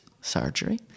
surgery